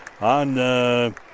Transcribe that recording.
on